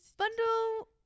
bundle